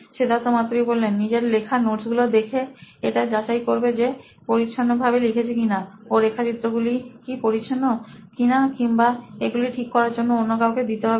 সিদ্ধার্থ মাতু রি সি ই ও নোইন ইলেক্ট্রনিক্স নিজের লেখা নোটসগুলো দেখে এটা যাচাই করবে যে পরিচ্ছন্ন ভাবে লিখেছে কিনা ওর রেখাচিত্রগুলি কি পরিচ্ছন্ন কিনা কিংবা এগুলিকে ঠিক করার জন্য অন্য কাউকে দিতে হবে